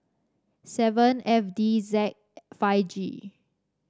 seven F D Z five G